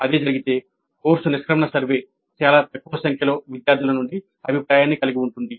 అదే జరిగితే కోర్సు నిష్క్రమణ సర్వే చాలా తక్కువ సంఖ్యలో విద్యార్థుల నుండి అభిప్రాయాన్ని కలిగి ఉంటుంది